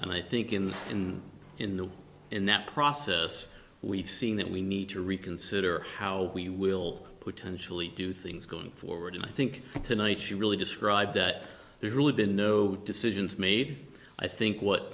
and i think in and in the in that process we've seen that we need to reconsider how we will potentially do things going forward and i think tonight she really described that there's really been no decisions made i think what